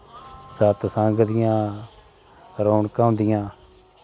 सत संग दियां रौनकां होंदियां